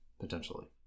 potentially